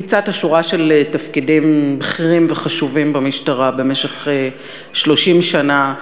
ביצעת שורה של תפקידים בכירים וחשובים במשטרה במשך 30 שנה.